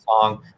song